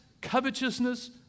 covetousness